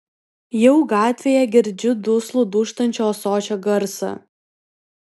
jau gatvėje girdžiu duslų dūžtančio ąsočio garsą